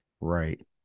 right